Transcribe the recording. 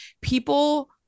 people